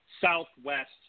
southwest